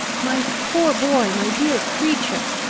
my poor boy! my dear creature!